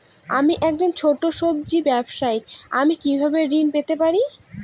আমি একজন ছোট সব্জি ব্যবসায়ী আমি কিভাবে ঋণ পেতে পারি?